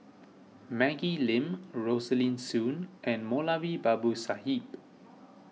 Maggie Lim Rosaline Soon and Moulavi Babu Sahib